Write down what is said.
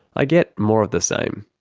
i get more of the same.